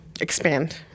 expand